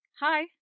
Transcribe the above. Hi